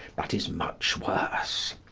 that is much worse.